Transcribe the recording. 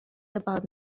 about